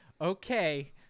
Okay